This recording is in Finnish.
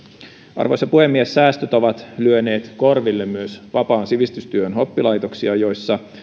arvoisa puhemies säästöt ovat lyöneet korville myös vapaan sivistystyön oppilaitoksia joissa